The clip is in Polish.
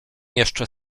jeszcze